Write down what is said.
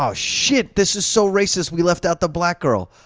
um shit, this is so racist. we left out the black girl,